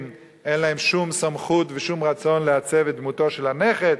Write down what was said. אין להם שום סמכות ושום רצון לעצב את דמותו של הנכד,